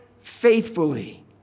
faithfully